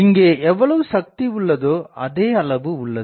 இங்கே எவ்வளவு சக்தி உள்ளதோ அதே அளவு உள்ளது